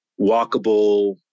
walkable